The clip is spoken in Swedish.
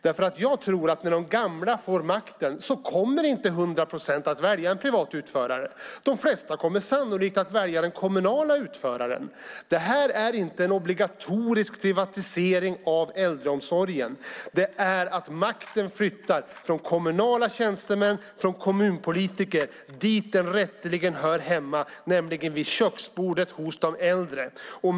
Jag tror nämligen att när de gamla får makten kommer inte hundra procent av dem att välja en privat utförare. De flesta kommer sannolikt att välja den kommunala utföraren. Detta är inte en obligatorisk privatisering av äldreomsorgen. Det handlar om att makten flyttas från kommunala tjänstemän och från kommunpolitiker dit den rätteligen hör hemma, nämligen vid köksbordet hos de äldre.